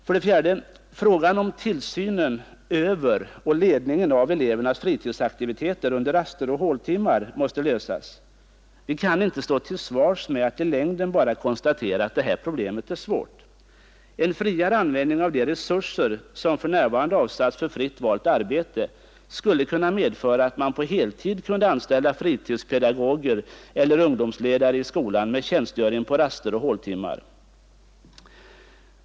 För det fjärde: Frågan om tillsynen över och ledningen av elevernas fritidsaktiviteter under raster och håltimmarna måste lösas. Vi kan inte stå till svars med att i längden bara konstatera att detta problem är svårt. En friare användning av de resurser som för närvarande avsatts för fritt valt arbete skulle kunna medföra att man på heltid kunde anställa och håltimmar.